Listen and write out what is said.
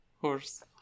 Horse